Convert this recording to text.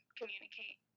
communicate